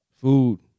Food